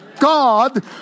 God